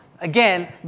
again